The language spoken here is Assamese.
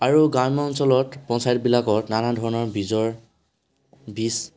আৰু গ্ৰাম্য অঞ্চলত পঞ্চায়ত বিলাকত নানা ধৰণৰ বীজৰ বীজ